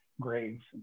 graves